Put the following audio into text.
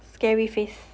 scary face